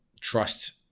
trust